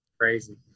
Crazy